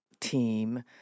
team